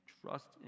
Trust